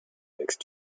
next